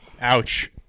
ouch